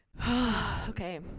Okay